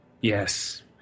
Yes